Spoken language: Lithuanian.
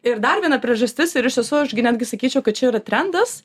ir dar viena priežastis ir iš tiesų aš gi netgi sakyčiau kad čia yra trendas